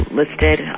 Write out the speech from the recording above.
listed